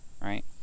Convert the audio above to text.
right